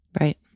Right